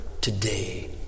today